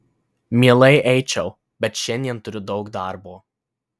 mielai eičiau bet šiandien turiu daug darbo